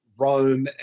Rome